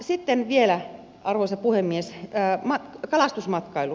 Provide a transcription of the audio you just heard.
sitten vielä arvoisa puhemies kalastusmatkailu